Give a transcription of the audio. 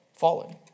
fallen